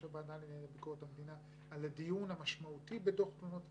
הוועדה לענייני ביקורת המדינה על הדיון המשמעותי בדוח תלונות ציבור.